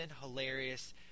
hilarious